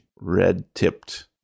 red-tipped